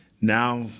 now